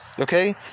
okay